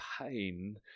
pain